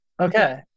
okay